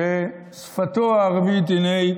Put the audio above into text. ששפתו העברית, הינה,